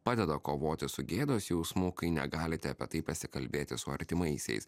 padeda kovoti su gėdos jausmu kai negalite apie tai pasikalbėti su artimaisiais